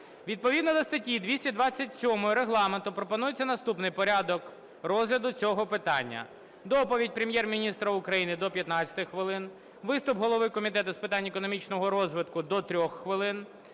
Відповідно до статті 227 Регламенту пропонується наступний порядок розгляду цього питання. Доповідь Прем'єр-міністра України - до 15 хвилин. Виступ голови Комітету з питань економічного розвитку - до 3 хвилин.